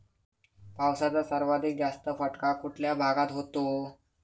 पावसाचा सर्वाधिक जास्त फटका कुठल्या भागात होतो?